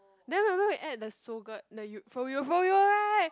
then remember we add the Sogurt the yo~ froyo froyo right